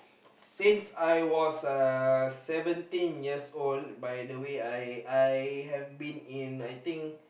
since I was uh seventeen years old by the way I I have been in I think